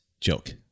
joke